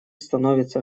становится